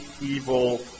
evil